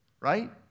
Right